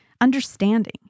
understanding